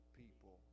people